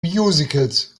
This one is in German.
musicals